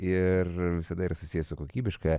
ir visada yra susijęs su kokybiška